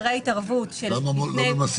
למה לא ממסים